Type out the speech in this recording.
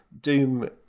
Doom